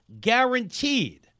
guaranteed